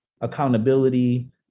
accountability